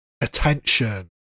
attention